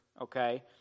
okay